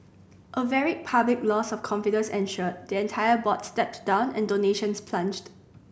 a very public loss of confidence ensued the entire board stepped down and donations plunged